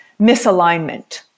misalignment